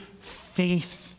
faith